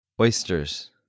Oysters